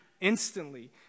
instantly